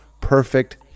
perfect